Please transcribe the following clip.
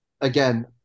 again